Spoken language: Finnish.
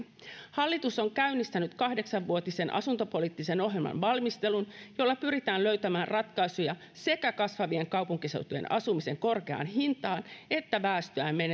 hallitus on käynnistänyt kahdeksan vuotisen asuntopoliittisen ohjelman valmistelun jolla pyritään löytämään ratkaisuja sekä kasvavien kaupunkiseutujen asumisen korkeaan hintaan että väestöään